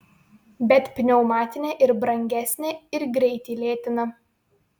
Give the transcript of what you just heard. bet pneumatinė ir brangesnė ir greitį lėtina